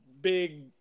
big